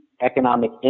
economic